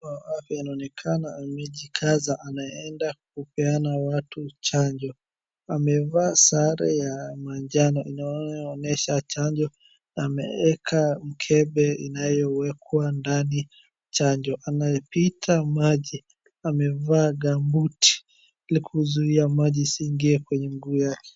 Wa afya inaonekana amejikaza, anaenda kupeana watu chanjo. Amevaa sare ya manjano inayoonyesha chanjo. Ameeka mkebe inayowekwa ndani chanjo. Anayapita maji. Amevaa gambuti ili kuzuia maji isiingie kwenye mguu yake.